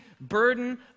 burden